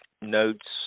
notes